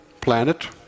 planet